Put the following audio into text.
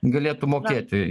galėtų mokėti